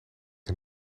een